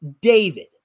David